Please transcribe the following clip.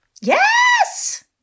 Yes